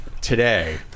today